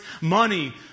money